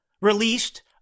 released